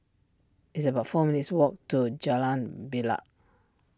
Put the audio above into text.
it's about four minutes' walk to Jalan Bilal